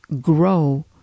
grow